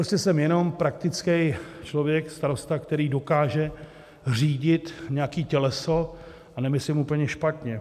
Prostě jsem jenom praktický člověk, starosta, který dokáže řídit nějaké těleso, a nemyslím, úplně špatně.